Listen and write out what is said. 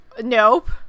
nope